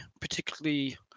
particularly